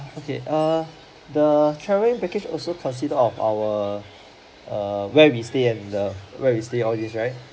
okay err the travelling package also consider of our err where we stay and the where we stay all these right